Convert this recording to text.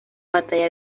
batalla